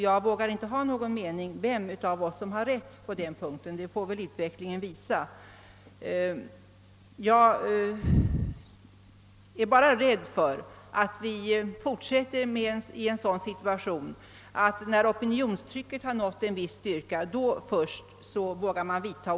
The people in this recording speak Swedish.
Jag vågar inte ha någon mening om vem av oss som har rätt på den punkten. Det får väl utvecklingen visa. Jag är bara rädd för att vi försätter oss i en sådan situation att man vågar vidtaga åtgärder först när det är för sent.